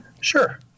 Sure